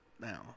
Now